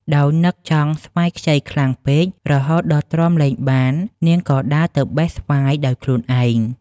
ដោយនឹកចង់ស្វាយខ្ចីខ្លាំងពេករហូតដល់ទ្រាំលែងបាន នាងក៏ដើរទៅបេះស្វាយដោយខ្លួនឯង ។